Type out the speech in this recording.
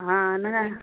हा न न